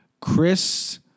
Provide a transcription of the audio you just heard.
Chris